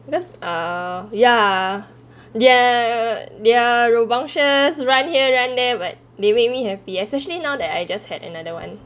that's ah yeah their their rambunctious run here run there where they make me happy especially now that I just had another one